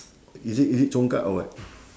is it is it congkak or what